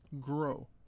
grow